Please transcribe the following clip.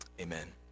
amen